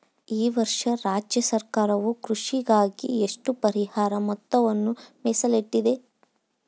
ಈ ವರ್ಷ ರಾಜ್ಯ ಸರ್ಕಾರವು ಕೃಷಿಗಾಗಿ ಎಷ್ಟು ಪರಿಹಾರ ಮೊತ್ತವನ್ನು ಮೇಸಲಿಟ್ಟಿದೆ?